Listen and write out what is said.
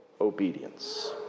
obedience